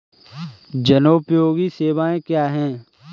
जनोपयोगी सेवाएँ क्या हैं?